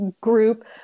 group